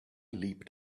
leapt